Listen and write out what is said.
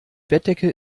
bettdecke